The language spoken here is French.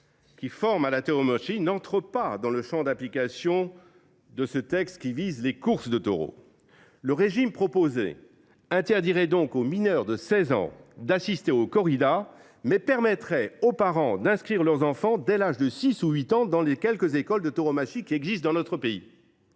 qui forment à la tauromachie n’entrent pas dans le champ d’application de ce texte, qui ne vise que les courses de taureaux. Le dispositif proposé interdirait donc aux mineurs de 16 ans d’assister aux corridas, mais permettrait aux parents d’inscrire leurs enfants, dès l’âge de 6 ans ou de 8 ans, dans les quelques écoles de tauromachie que compte notre pays.